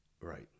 Right